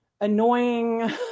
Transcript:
annoying